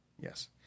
yes